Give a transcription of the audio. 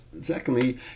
secondly